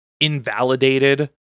invalidated